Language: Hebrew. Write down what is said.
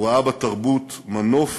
הוא ראה בתרבות מנוף